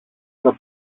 στα